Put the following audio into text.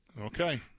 Okay